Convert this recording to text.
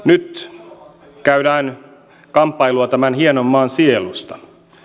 nyt käydään kamppailua tämän hienon maan sielusta